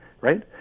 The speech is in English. Right